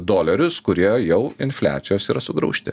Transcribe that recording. dolerius kurie jau infliacijos yra sugraužti